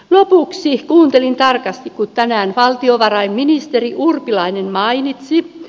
lopuksi kuuntelin tarkasti kun tänään valtiovarainministeri urpilainen mainitsi